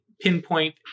pinpoint